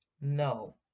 No